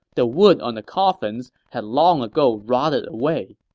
the wood on the coffin had long ago rotted away.